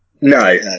No